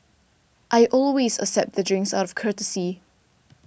I always accept the drinks out of courtesy